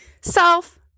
self